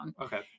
Okay